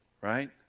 Right